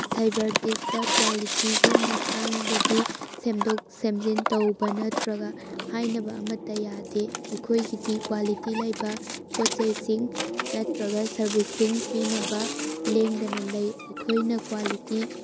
ꯁꯥꯏꯕꯔꯇꯤꯁꯇ ꯀ꯭ꯋꯥꯂꯤꯇꯤꯒꯤ ꯃꯇꯥꯡꯗꯗꯤ ꯁꯦꯝꯗꯣꯛ ꯁꯦꯝꯖꯤꯟ ꯇꯧꯕ ꯅꯠꯇ꯭ꯔꯒ ꯍꯥꯏꯅꯕ ꯑꯃꯠꯇ ꯌꯥꯗꯦ ꯑꯩꯈꯣꯏꯒꯤꯗꯤ ꯀ꯭ꯋꯥꯂꯤꯇꯤ ꯂꯩꯕ ꯄꯣꯠ ꯆꯩꯁꯤꯡ ꯅꯠꯇ꯭ꯔꯒ ꯁꯔꯕꯤꯁꯤꯡ ꯄꯤꯅꯕ ꯂꯦꯡꯗꯅ ꯂꯩ ꯑꯩꯈꯣꯏꯅ ꯀ꯭ꯋꯥꯂꯤꯇꯤ